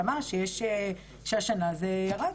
שאמר שהשנה זה ירד.